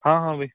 ਹਾਂ ਹਾਂ ਬਾਈ